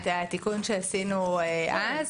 את התיקון שעשינו אז?